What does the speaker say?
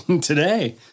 today